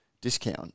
discount